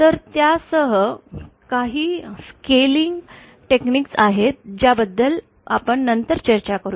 तर त्यासह काही स्केलिंग तंत्रे आहेत ज्या बद्दल आपण नंतर चर्चा करूया